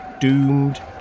doomed